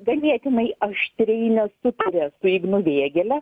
ganėtinai aštriai nesutaria su ignu vėgėle